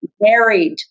married